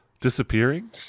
disappearing